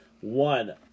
One